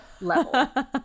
level